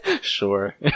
Sure